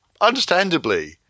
understandably